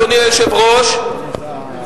אדוני היושב-ראש,